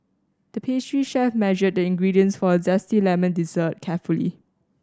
the pastry chef measured the ingredients for a zesty lemon dessert carefully